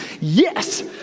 yes